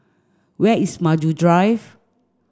where is Maju Drive